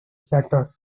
shattered